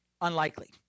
Unlikely